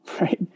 right